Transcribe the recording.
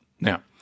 Now